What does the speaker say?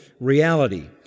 reality